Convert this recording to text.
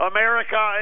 America